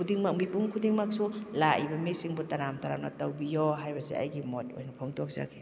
ꯈꯨꯗꯤꯡꯃꯛ ꯃꯤꯄꯨꯝ ꯈꯨꯗꯤꯡꯃꯛꯁꯨ ꯂꯥꯛꯏꯕ ꯃꯤꯁꯤꯡꯕꯨ ꯇꯔꯥꯝ ꯇꯔꯥꯝꯅ ꯇꯧꯕꯤꯌꯣ ꯍꯥꯏꯕꯁꯦ ꯑꯩꯒꯤ ꯃꯣꯠ ꯑꯣꯏꯅ ꯐꯣꯡꯗꯣꯛꯆꯒꯦ